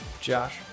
Josh